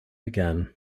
again